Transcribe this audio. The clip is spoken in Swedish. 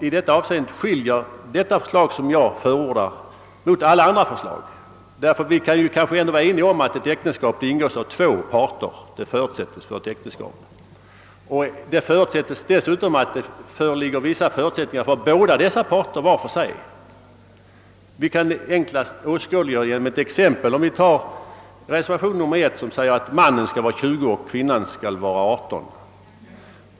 I detta avseende finns det ingenting som skiljer det av mig förordade förslaget från alla andra, ty vi kan kanske vara eniga om att det förutsätts att ett äktenskap ingås av två parter och att man dessutom utgår från att vissa förutsättningar skall föreligga för vardera parten. Enklast kan detta åskådliggöras genom ett par exempel. I reservationen 1 sägs att mannen skall vara 20 år och kvinnan 18.